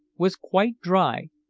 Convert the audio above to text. was quite dry,